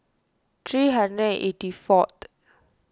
three and eighty fourth